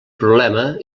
problema